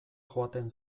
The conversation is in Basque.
joaten